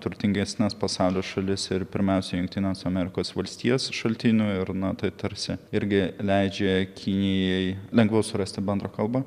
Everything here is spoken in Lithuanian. turtingesnes pasaulio šalis ir pirmiausia jungtines amerikos valstijas šaltinių ir na tai tarsi irgi leidžia kinijai lengviau surasti bendrą kalbą